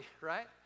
right